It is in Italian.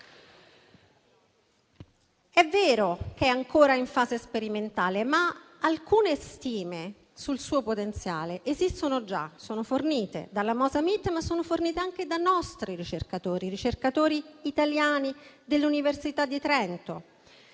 È vero che è ancora in fase sperimentale, ma alcune stime sul suo potenziale esistono già, sono fornite dalla Mosa Meat, ma anche da nostri ricercatori, ricercatori italiani dell'università di Trento.